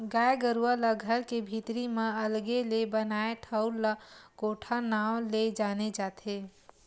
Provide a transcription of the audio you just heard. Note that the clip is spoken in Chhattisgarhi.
गाय गरुवा ला घर के भीतरी म अलगे ले बनाए ठउर ला कोठा नांव ले जाने जाथे